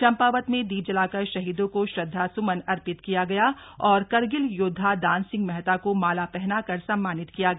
चम्पावत में दीप जलाकर शहीदों को श्रद्धा सुमन अर्पित किया गया और करगिल योद्वा दान सिंह मेहता को माला पहनाकर सम्मानित किया गया